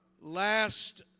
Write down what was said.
Last